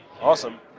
Awesome